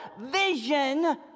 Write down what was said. vision